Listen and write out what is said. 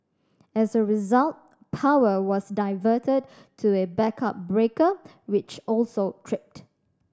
as a result power was diverted to a backup breaker which also tripped